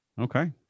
Okay